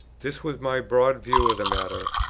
this was my broad view of the matter,